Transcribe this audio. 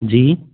जी